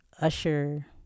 usher